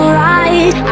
right